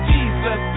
Jesus